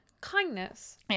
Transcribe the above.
kindness